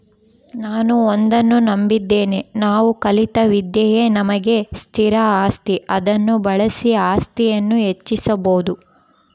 ನಾನು ಒಂದನ್ನು ನಂಬಿದ್ದೇನೆ ನಾವು ಕಲಿತ ವಿದ್ಯೆಯೇ ನಮಗೆ ಸ್ಥಿರ ಆಸ್ತಿ ಅದನ್ನು ಬಳಸಿ ಆಸ್ತಿಯನ್ನು ಹೆಚ್ಚಿಸ್ಬೋದು